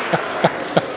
Dragi